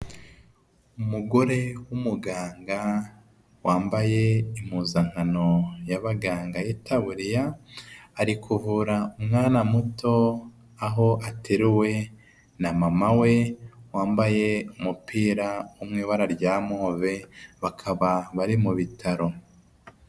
Umugore w'umuganga wambaye impuzankano yabaganga yitariya, ari kuvura umwana muto aho ateruwe na mama we wambaye umupira wo mu ibara rya move bakaba bari mu bitaro.